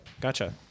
gotcha